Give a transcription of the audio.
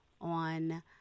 on